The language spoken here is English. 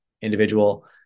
individual